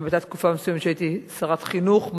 גם היתה תקופה מסוימת שהייתי שרת חינוך,